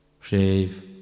Shave